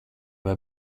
vai